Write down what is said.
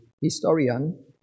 historian